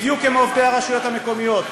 בדיוק כמו עובדי הרשויות המקומיות,